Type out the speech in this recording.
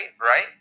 Right